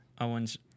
Owen's